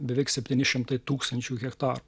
beveik septyni šimtai tūkstančių hektarų